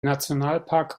nationalpark